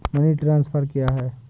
Money transfer क्या है?